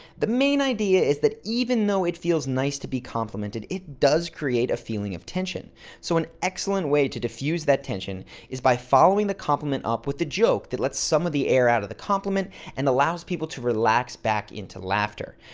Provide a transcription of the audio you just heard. the main idea is that even though it feels nice to be complimented, it does create a feeling of tension so an excellent way to defuse that tension is by following the compliment up with a joke that lets some of the air out of the compliment and allows people to relax back into laughter.